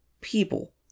people